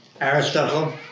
Aristotle